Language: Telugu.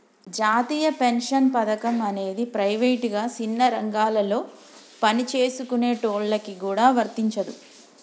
జాతీయ పెన్షన్ పథకం అనేది ప్రైవేటుగా సిన్న రంగాలలో పనిచేసుకునేటోళ్ళకి గూడా వర్తించదు